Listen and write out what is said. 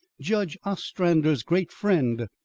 judge ostrander's great friend.